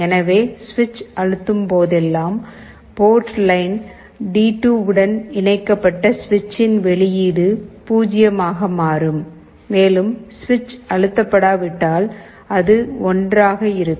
எனவே சுவிட்ச் அழுத்தும் போதெல்லாம் போர்ட் லைன் டி2 உடன் இணைக்கப்பட்ட சுவிட்சின் வெளியீடு 0 ஆக மாறும் மேலும் சுவிட்ச் அழுத்தப்படாவிட்டால் அது 1 ஆக இருக்கும்